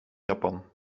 japan